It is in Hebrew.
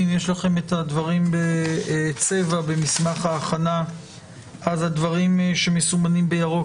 יש לכם את הדברים בצבע במסמך ההכנה כאשר הדברים שמסומנים בירוק,